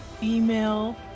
female